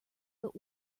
but